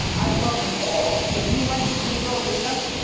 i love them all. do you like the new girl leah?